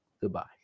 goodbye